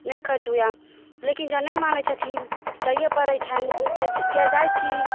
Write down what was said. नहि खर्च हुअए लेकिन जहन नहि मानै छथिन तऽ जाइए पड़ै छनि फेर जाइ छी